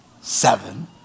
seven